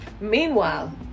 Meanwhile